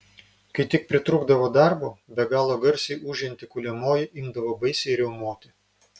kai tik pritrūkdavo darbo be galo garsiai ūžianti kuliamoji imdavo baisiai riaumoti